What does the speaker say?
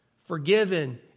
forgiven